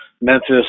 Memphis